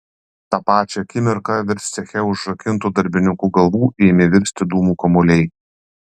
tą pačią akimirką virš ceche užrakintų darbininkų galvų ėmė virsti dūmų kamuoliai